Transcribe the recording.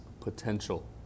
potential